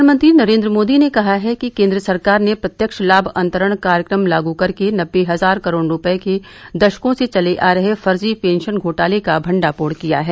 प्रधानमंत्री नरेन्द्र मोदी ने कहा है कि केन्द्र सरकार ने प्रत्यक्ष लाभ अंतरण कार्यक्रम लागू करके नब्बे हजार करोड़ रुपये के दशकों से चले आ रहे फर्जी पेंशन घोटाले का भंडाफोड़ किया है